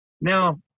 Now